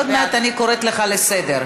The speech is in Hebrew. עוד מעט אני קוראת אותך לסדר.